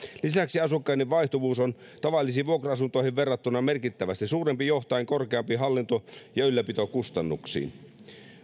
lisäksi asukkaiden vaihtuvuus on tavallisiin vuokra asuntoihin verrattuna merkittävästi suurempi johtaen korkeampiin hallinto ja ylläpitokustannuksiin